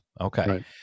Okay